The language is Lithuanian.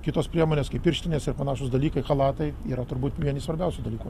kitos priemonės kaip pirštinės ir panašūs dalykai chalatai yra turbūt vieni svarbiausių dalykų